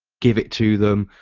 give it to them.